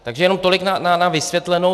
Takže jenom tolik na vysvětlenou.